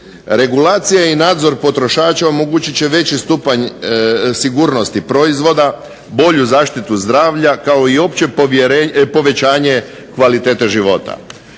Regulacija i nadzor potrošača omogućit će veći stupanj sigurnosti proizvoda, bolju zaštitu zdravlja kao i opće povećanje kvalitete života.